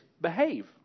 behave